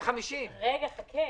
250. רגע, חכה.